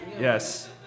Yes